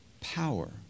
power